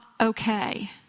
okay